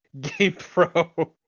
GamePro